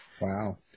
Wow